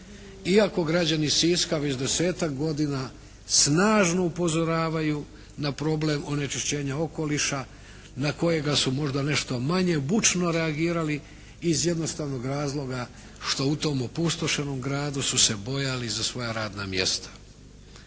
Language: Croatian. iako građani Siska već desetak godina snažno upozoravaju na problem onečišćenja okoliša na kojega su možda nešto manje bučno reagirali iz jednostavnog razloga što u tom opustošenom gradu su se bojali za svoja radna mjesta.